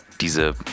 diese